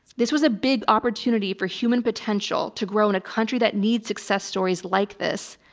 this was a big opportunity for human potential to grow in a country that needs success stories like this,